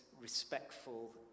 respectful